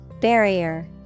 Barrier